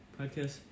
podcast